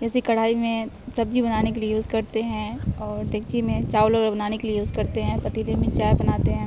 جیسے کڑھائی میں سبزی بنانے کے لیے یوز کرتے ہیں اور دیگچی میں چاول واول بنانے کے لیے یوز کرتے ہیں پتیلے میں چائے بناتے ہیں